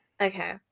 okay